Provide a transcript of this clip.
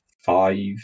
five